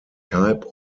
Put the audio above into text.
type